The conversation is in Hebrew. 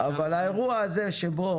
אבל האירוע הזה שבו